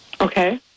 Okay